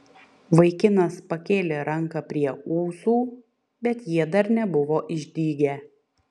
vaikinas pakėlė ranką prie ūsų bet jie dar nebuvo išdygę